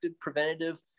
preventative